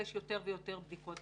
ומבקש יותר ויותר בדיקות,